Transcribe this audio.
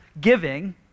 giving